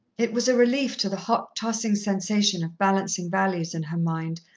it was a relief to the hot, tossing sensation of balancing values in her mind,